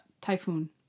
Typhoon